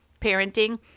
parenting